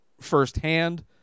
firsthand